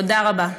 תודה רבה.